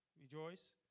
rejoice